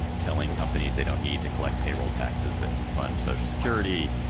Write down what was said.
telling companies they don't need to collect payroll taxes that fund social security.